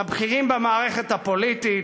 לבכירים במערכת הפוליטית.